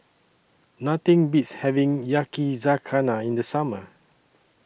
Nothing Beats having Yakizakana in The Summer